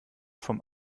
vom